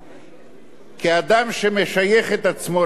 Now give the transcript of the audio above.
כאדם שמשייך את עצמו לעולם התורה,